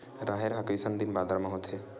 राहेर ह कइसन दिन बादर म होथे?